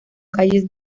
calles